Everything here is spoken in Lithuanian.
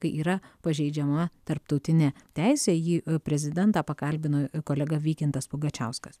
kai yra pažeidžiama tarptautinė teisė jį prezidentą pakalbino kolega vykintas pugačiauskas